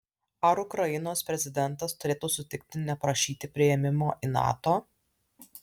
ar ukrainos prezidentas turėtų sutikti neprašyti priėmimo į nato